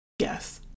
Yes